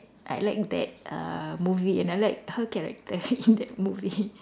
I like that uh movie and I like her character in that movie